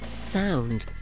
sound